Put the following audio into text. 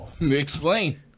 Explain